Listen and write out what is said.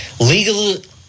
legal